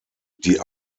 die